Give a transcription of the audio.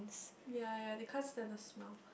yea yea they can't stand the smell